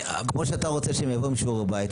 כמו שאתה רוצה שהם יבואו עם שעורי בית,